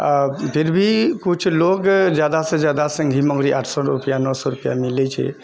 आ फिर भी कुछ लोग जादासे जादा सिङ्गहि मुङ्गरी आठ सए रुपैआ नओ सए रुपैआ मिलैत छै